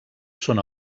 són